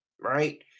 right